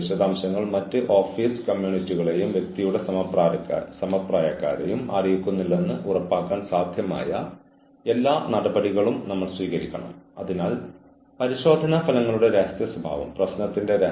അതിനാൽ ജീവനക്കാർക്ക് അവരുടെ ജോലിയുടെ പ്രക്രിയയിൽ പാലിക്കേണ്ട വ്യക്തമായ മാർഗ്ഗനിർദ്ദേശങ്ങൾ നിങ്ങൾ നൽകേണ്ടത് വളരെ അത്യാവശ്യമാണ്